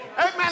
Amen